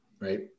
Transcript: right